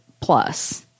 plus